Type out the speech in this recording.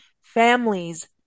families